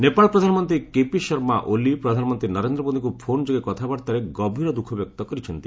ନେପାଳ ପ୍ରଧାନମନ୍ତ୍ରୀ କେପି ଶର୍ମା ଓଲି ପ୍ରଧାନମନ୍ତ୍ରୀ ନରେନ୍ଦ୍ର ମୋଦିଙ୍କୁ ଫୋନ୍ ଯୋଗେ କଥାବାର୍ତ୍ତାରେ ଗଭୀର ଦୁଃଖ ବ୍ୟକ୍ତ କରିଛନ୍ତି